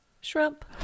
shrimp